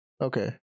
Okay